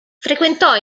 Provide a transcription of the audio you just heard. frequentò